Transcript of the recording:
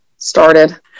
started